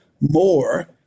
more